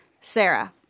Sarah